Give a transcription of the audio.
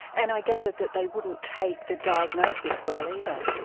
and i gather that they wouldn't take the diagnosis well either.